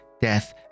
death